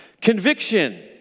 Conviction